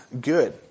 good